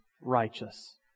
righteous